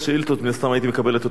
מן הסתם הייתי מקבל את אותה תשובה.